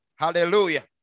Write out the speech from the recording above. Hallelujah